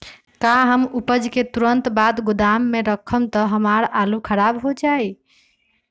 का हम उपज के तुरंत बाद गोदाम में रखम त हमार आलू खराब हो जाइ?